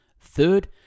Third